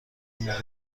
اینجا